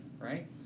right